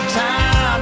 time